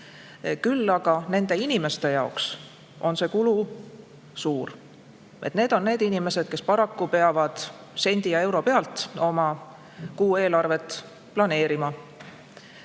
Küll aga nende inimeste jaoks on see kulu suur. Need on inimesed, kes paraku peavad sendi ja euro pealt oma kuueelarvet planeerima.